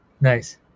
Nice